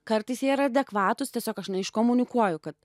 kartais jie yra adekvatūs tiesiog aš neiškomunikuoju kad